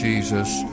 Jesus